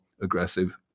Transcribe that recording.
aggressive